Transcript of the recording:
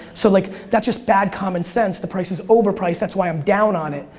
so like, that's just bad common sense. the price is overpriced, that's why i'm down on it,